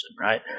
right